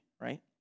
right